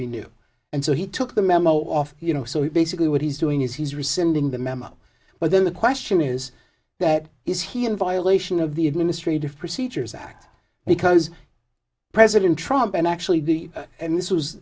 renew and so he took the memo off you know so basically what he's doing is he's rescinding the memo but then the question is that is he in violation of the administrative procedures act because president trump and actually the and this was